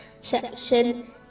section